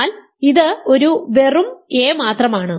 എന്നാൽ ഇത് ഒരു വെറും a മാത്രമാണ്